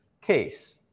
case